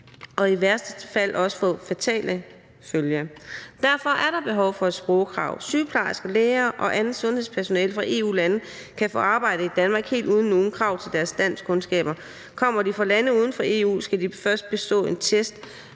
kan i værste fald også få fatale følger. Derfor er der behov for et sprogkrav. Sygeplejersker, læger og andet sundhedspersonale fra EU-lande kan få arbejde i Danmark helt uden nogen krav til deres danskkundskaber. Kommer de fra lande uden for EU, skal de først bestå en test,